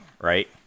right